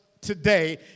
today